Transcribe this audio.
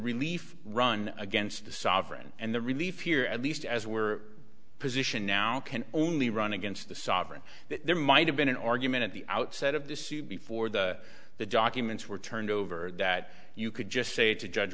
relief run against the sovereign and the relief here at least as we're position now can only run against the sovereign that there might have been an argument at the outset of this before the the documents were turned over that you could just say to judge